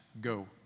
go